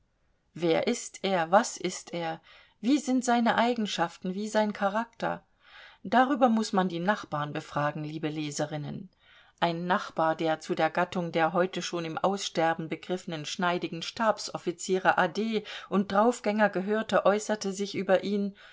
wer ist er was ist er wie sind seine eigenschaften wie sein charakter darüber muß man die nachbarn befragen liebe leserinnen ein nachbar der zu der gattung der heute schon im aussterben begriffenen schneidigen stabsoffiziere a d und draufgänger gehörte äußerte sich über ihn